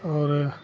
और